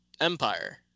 empire